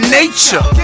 nature